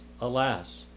alas